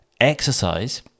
exercise